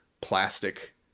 plastic